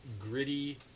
gritty